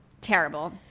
terrible